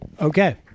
Okay